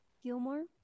Gilmore